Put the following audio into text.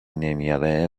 نمیاره